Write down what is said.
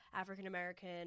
African-American